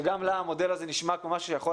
שגם לה המודל הזה נשמע כמשהו שהוא יכול